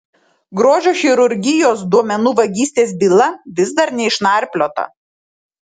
grožio chirurgijos duomenų vagystės byla vis dar neišnarpliota